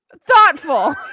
Thoughtful